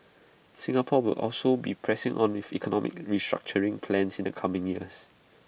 Singapore will also be pressing on with economic restructuring plans in the coming years